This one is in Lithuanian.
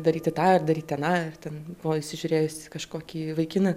daryti tą ir daryti aną ir ten buvo įsižiūrėjusi kažkokį vaikiną